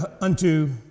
unto